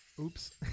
Oops